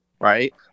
right